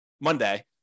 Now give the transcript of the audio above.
monday